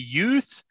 youth